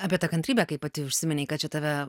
apie tą kantrybę kaip pati užsiminei kad čia tave